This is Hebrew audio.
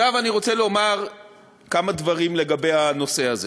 עכשיו אני רוצה לומר כמה דברים לגבי הנושא הזה.